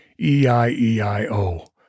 E-I-E-I-O